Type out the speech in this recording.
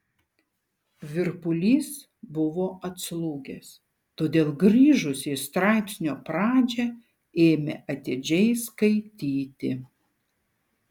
virpulys buvo atslūgęs todėl grįžusi į straipsnio pradžią ėmė atidžiai skaityti